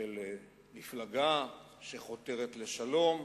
של מפלגה שחותרת לשלום